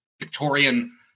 Victorian